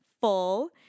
full